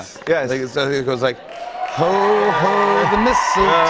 yeah so it goes like ho, ho, the mistletoe